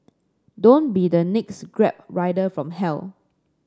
don't be the next Grab rider from hell